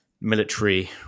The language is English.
military